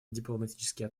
дипломатические